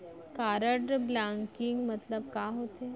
Card blocking मतलब का होथे?